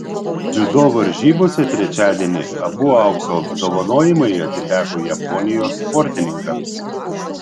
dziudo varžybose trečiadienį abu aukso apdovanojimai atiteko japonijos sportininkams